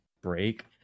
break